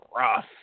rough